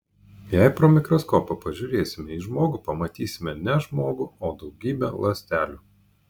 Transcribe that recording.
jei pro mikroskopą pažiūrėsime į žmogų pamatysime ne žmogų o daugybę ląstelių